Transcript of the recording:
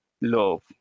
love